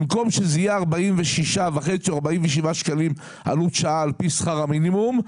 במקום שזה יהיה 46.5 או 47 שקלים עלות שעה על פי שכר המינימום,